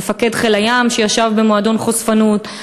מפקד חיל הים שישב במועדון חשפנות,